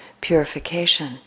purification